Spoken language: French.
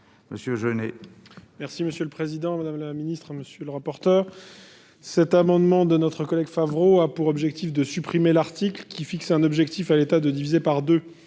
Monsieur Genet,